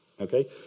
Okay